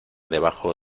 debajo